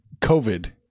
COVID